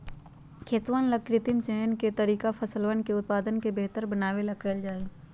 खेतवन ला कृत्रिम चयन के तरीका फसलवन के उत्पादन के बेहतर बनावे ला कइल जाहई